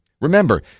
Remember